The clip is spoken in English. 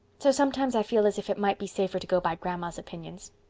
so sometimes i feel as if it might be safer to go by grandma's opinions.